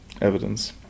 evidence